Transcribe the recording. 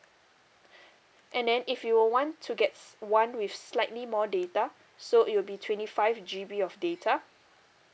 and then if you would want to gets one with slightly more data so it will be twenty five G_B of data